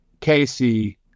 Casey